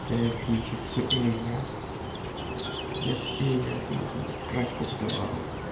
کیٛازکہِ یہِ چھُ سُہ ایریا یَتھ ایریاہَس منٛز تہٕ ٹرٛٮ۪فکُک دَباو